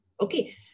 Okay